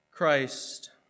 Christ